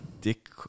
dick